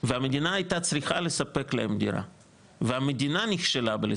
והמדינה הייתה צריכה לספק להם דירה - והמדינה נכשלה בלספק להם דירה.